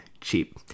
cheap